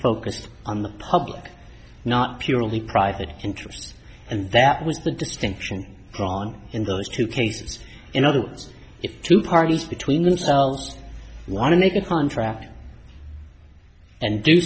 focused on the public not purely private interests and that was the distinction drawn in those two cases in other words if two parties between themselves want to make a contract and do